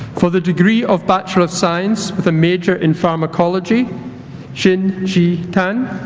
for the degree of bachelor of science with a major in pharmacology xin jie tan